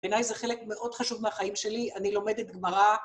בעיניי זה חלק מאוד חשוב מהחיים שלי, אני לומדת גמרא.